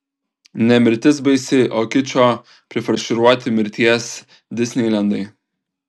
ne mirtis baisi o kičo prifarširuoti mirties disneilendai